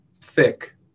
thick